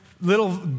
little